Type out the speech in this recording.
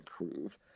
improve